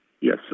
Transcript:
Yes